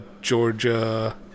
Georgia